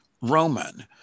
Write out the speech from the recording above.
Roman